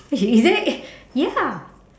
is it ya